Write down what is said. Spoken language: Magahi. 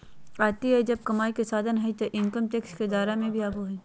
आर.डी जब कमाई के साधन हइ तो इनकम टैक्स के दायरा में भी आवो हइ